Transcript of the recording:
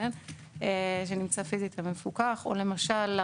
או למשל,